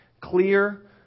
clear